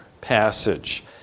passage